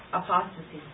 apostasy